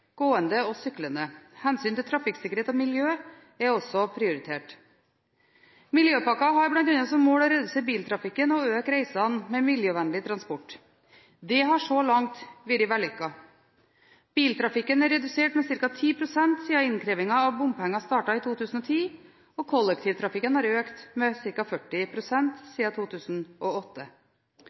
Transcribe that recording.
gående og syklende. Hensynet til trafikksikkerhet og miljø er også prioritert. Miljøpakken har bl.a. som mål å redusere biltrafikken og øke reisene med miljøvennlig transport. Det har så langt vært vellykket. Biltrafikken er redusert med ca. 10 pst. siden innkrevingen av bompenger startet i 2010, og kollektivtrafikken har økt med ca. 40 pst. siden 2008.